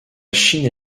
chine